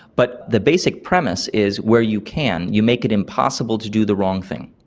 but the basic premise is where you can you make it impossible to do the wrong thing,